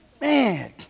man